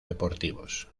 deportivos